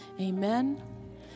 amen